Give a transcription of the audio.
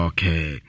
Okay